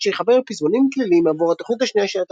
שיחבר פזמונים קלילים עבור התוכנית השנייה של התיאטרון,